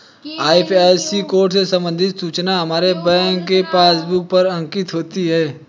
IFSC code से संबंधित सूचना हमारे बैंक के पासबुक पर अंकित होती है